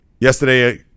Yesterday